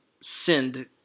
send